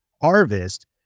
harvest